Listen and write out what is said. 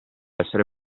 essere